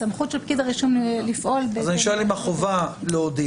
הסמכות של פקיד הרישום לפעול בהתאם --- אז אני שואל אם החובה להודיע,